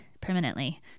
permanently